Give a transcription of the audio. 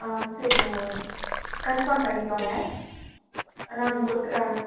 ஆ சரிங்க ma'am confirm பண்ணிக்கோங்க நான் உங்களுக்கு